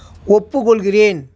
ஒப்புக்கொள்கிறேன்